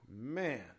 man